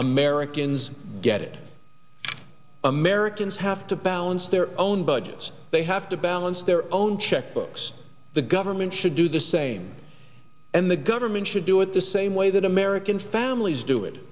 americans get it americans have to balance their own budgets they have to balance their own checkbooks the government should do the same and the government should do it the same way that american families do it